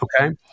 okay